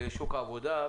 לשוק העבודה,